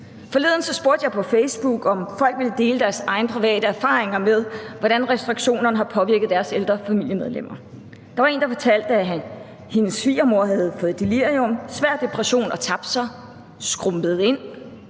Forleden spurgte jeg på Facebook, om folk ville dele deres private erfaringer med, hvordan restriktionerne har påvirket deres ældre familiemedlemmer. Der var en, der fortalte, at hendes svigermor havde fået delirium, svær depression og havde tabt sig, var skrumpet ind.